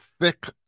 thick